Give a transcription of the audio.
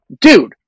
dude